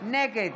נגד